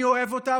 אני אוהב אותה,